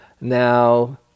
Now